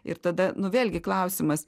ir tada nu vėlgi klausimas